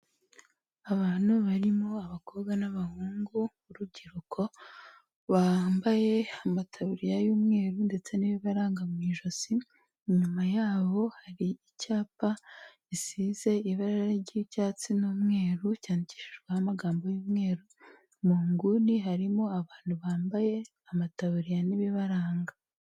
Abantu barimo abakobwa n'abahungu b'urubyiruko, bambaye amataburiya y'umweru ndetse n'ibibaranga mu ijosi, inyuma yabo hari icyapa gisize ibara ry'icyatsi n'umweru, cyandikishijweho amagambo y'umweru, mu nguni harimo abantu bambaye amataburiya n'ibibaranga.